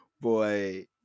Boy